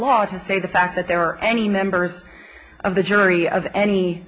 laws to say the fact that there are any members of the jury of any